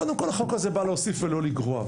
קודם כל החוק הזה בא להוסיף ולא לגרוע,